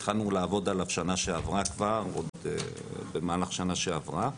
התחלנו לעבוד עליו כבר במהלך השנה שעברה.